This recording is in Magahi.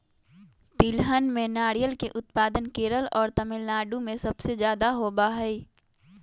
तिलहन में नारियल के उत्पादन केरल और तमिलनाडु में सबसे ज्यादा होबा हई